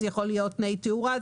זה יכול להיות תנאי תאורה,